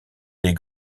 des